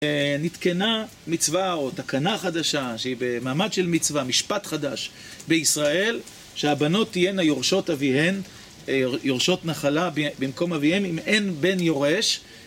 נתקנה מצווה או תקנה חדשה, שהיא במעמד של מצווה, משפט חדש בישראל, שהבנות תהיינה יורשות אביהן, יורשות נחלה במקום אביהן, אם אין בן יורש.